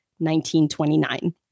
1929